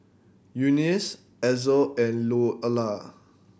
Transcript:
Eunice Ezell and Louella